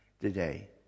today